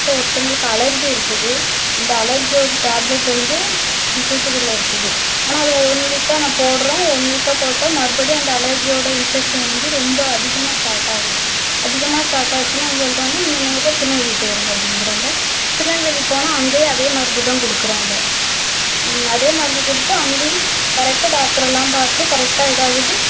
இப்போ ஒருத்தவங்களுக்கு அலர்ஜி இருக்குது அந்த அலர்ஜியோட டேப்லெட் வந்து தூத்துக்குடியில இருக்குது ஆனால் அது ஒன் வீக்காக நான் போடுறேன் ஒன் வீக்காக போட்டால் மறுபடியும் அந்த அலர்ஜியோட இன்ஃபெக்ஷன் வந்து ரொம்ப அதிகமாக ஸ்டார்ட் ஆகுது அதிகமாக ஸ்டார்ட் ஆச்சுன்னு அவங்க சொல்லுறாங்க நீங்கள் நேராக திருநெல்வேலி போய்ருங்க அப்படிங்குறாங்க திருநெல்வேலி போனால் அங்கேயே அதே மருந்து தான் கொடுக்குறாங்க அதே மருந்து கொடுத்து அங்கேயும் கரெக்டாக டாக்டர்கள்லாம் பார்த்து கரெக்டாக இதாக ஆகுது